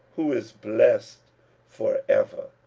who is blessed for ever.